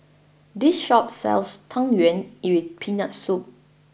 this shop sells Tang Yuen with Peanut Soup